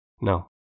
No